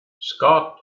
scott